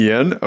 Ian